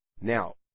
Now